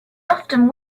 often